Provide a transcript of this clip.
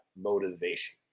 Motivation